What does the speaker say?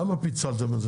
למה פיצלתם?